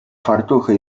fartuchy